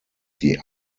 sie